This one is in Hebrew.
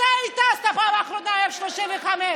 מתי הטסת בפעם האחרונה F-35?